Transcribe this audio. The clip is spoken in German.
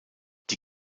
die